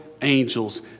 angels